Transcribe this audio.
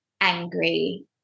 angry